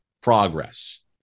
progress